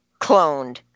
cloned